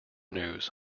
news